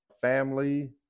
family